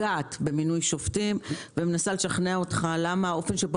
פוגעת במינוי שופטים ומנסה לשכנע אותך למה האופן שבו